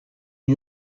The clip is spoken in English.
who